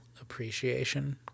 appreciation